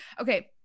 Okay